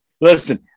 Listen